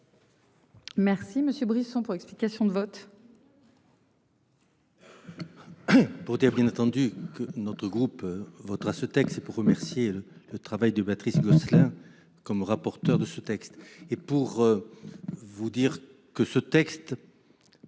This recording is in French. Merci monsieur Brisson pour explication de vote.